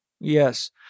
Yes